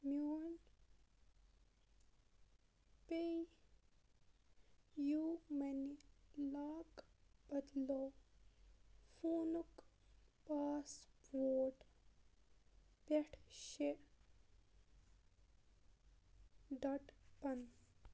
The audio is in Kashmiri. میون پے یوٗ مٔنی لاک بدلاو فونُک پاس وٲڈ پٮ۪ٹھ شےٚ ڈٹ پَن